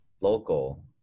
local